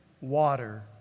water